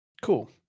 Cool